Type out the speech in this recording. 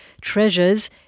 treasures